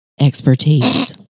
expertise